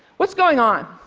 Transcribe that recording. what's going on?